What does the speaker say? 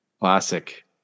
Classic